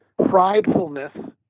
pridefulness